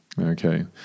Okay